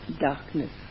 darkness